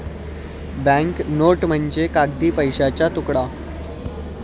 bank note म्हणजे कागदी पैशाचा तुकडा